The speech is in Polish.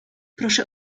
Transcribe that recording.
proszę